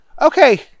Okay